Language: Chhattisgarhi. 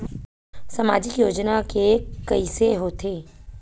सामाजिक योजना के कइसे होथे?